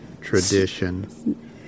tradition